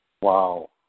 Wow